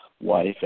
wife